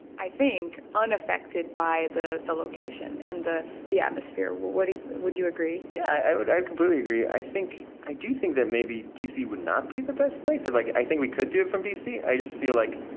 i think, unaffected by the the location and the the atmosphere. what do would you agree? agree? yeah, i would. i would completely agree. i think i do think that maybe d c. would not be the best place. like, i think we could do it from d c. i just feel like,